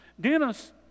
Dennis